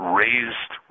raised